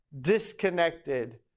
disconnected